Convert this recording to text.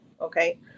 okay